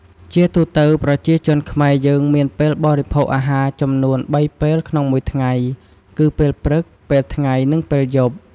ជាទូទៅ ប្រជាជនខ្មែរយើងមានពេលបរិភោគអាហារចំនួន ៣ពេលក្នុងមួយថ្ងៃគឺ ពេលព្រឹក ពេលថ្ងៃ និងពេលយប់។